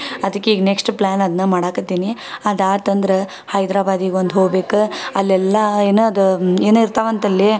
ಅದಕ್ಕೆ ಈಗ next plan ಅದನ್ನ ಮಾಡಾಕತ್ತೀನಿ ಅದು ಆಯ್ತಂದ್ರ ಹೈದರಾಬಾದಿಗ್ ಒಂದು ಹೋಗ್ಬೇಕು ಅಲ್ಲೆಲ್ಲಾ ಏನು ಅದು ಏನೋ ಇರ್ತಾವಂತಲ್ಲೆ